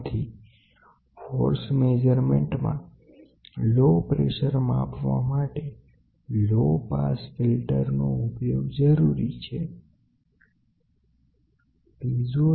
તેઓ પ્રવેગ ની સાથે વિનાશ નથી થતાં પણ ઉચ કંપન સાથેના લો પ્રેશર માપવા માટે તે નીચા પાસ વાળા ફિલ્ટર નો ઉપયોગ કરીને કંપન સિગ્નલ રદ્દ કરવા થાય છે જેથી પ્રવેગને ફરીથી રિસ્ટોર કરી બળ માપનું કમ્પેન્સેસં વર્ઝન બની શકે